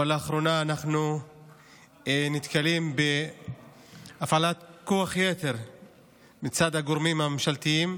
אבל לאחרונה אנחנו נתקלים בהפעלת כוח יתר מצד הגורמים הממשלתיים,